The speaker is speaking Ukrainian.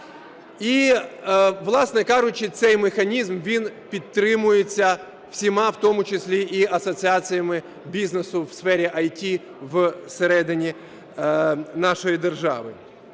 І власне кажучи, цей механізм, він підтримується всіма, в тому числі і асоціаціями бізнесу в сфері ІТ всередині нашої держави.